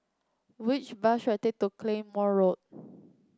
which bus should I take to Claymore Road